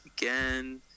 again